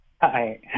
Hi